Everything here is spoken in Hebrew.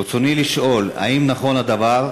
ברצוני לשאול: 1. האם נכון הדבר?